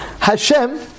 Hashem